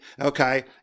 Okay